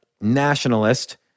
nationalist